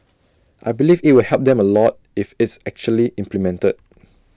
I believe IT will help them A lot if it's actually implemented